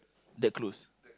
that close